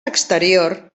exterior